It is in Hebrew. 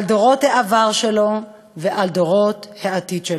על דורות העבר שלו ועל דורות העתיד שלו.